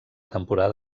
temporada